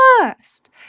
first